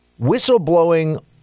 Whistleblowing